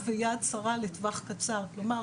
כלומר,